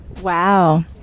Wow